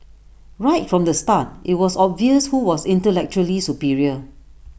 right from the start IT was obvious who was intellectually superior